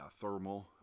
Thermal